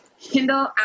Kindle